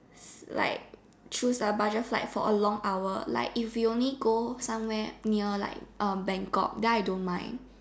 like choose a budget flight for a long hour like if you only go some where near like um Bangkok then I don't mind